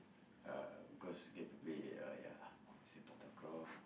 uh because get to play uh ya lah sepak takraw